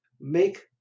make